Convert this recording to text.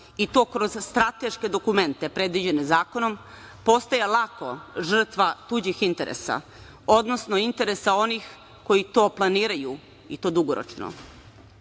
i to kroz strateške dokumente predviđene zakonom, postaje lako žrtva tuđih interesa, odnosno interesa onih koji to planiraju, i to dugoročno.